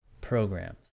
programs